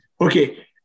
okay